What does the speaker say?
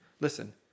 Listen